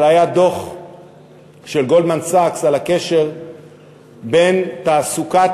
אבל היה דוח של "גולדמן סאקס" על הקשר בין תעסוקת